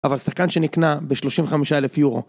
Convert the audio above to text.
אבל סכן שנקנה ב-35,000 יורו.